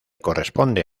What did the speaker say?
corresponde